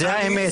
זו האמת.